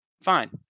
Fine